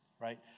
right